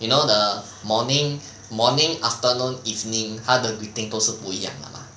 you know the morning morning afternoon evening 它的 greeting 都是不一样的 mah